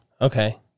Okay